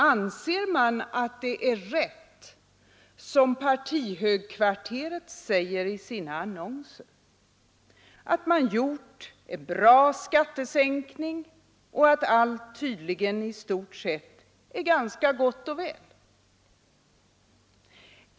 Anser man att det är rätt som partihögkvarteret säger i sina annonser, nämligen att man gjort en bra skattesänkning och att allt tydligen i stort sett är ganska gott och väl?